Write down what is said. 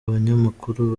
abanyamakuru